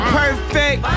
perfect